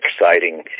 exciting